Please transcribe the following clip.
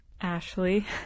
Ashley